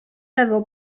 meddwl